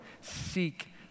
seek